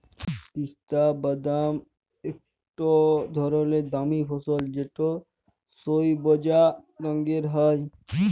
পিস্তা বাদাম ইকট ধরলের দামি ফসল যেট সইবজা রঙের হ্যয়